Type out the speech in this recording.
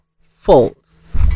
false